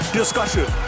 discussion